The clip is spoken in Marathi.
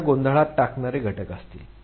यात गोंधळात टाकणारे घटक असतील